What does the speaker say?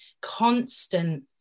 constant